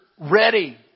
ready